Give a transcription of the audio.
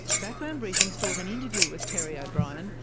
background briefing sought an interview with terry o'brien,